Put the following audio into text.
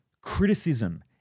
criticism